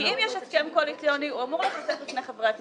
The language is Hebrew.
הוא אמור להיחשף בפני חברי הכנסת.